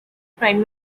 prime